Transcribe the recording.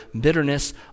bitterness